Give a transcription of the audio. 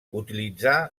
utilitzà